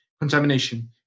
contamination